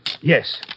Yes